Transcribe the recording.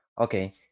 okay